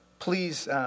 Please